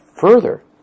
further